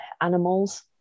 animals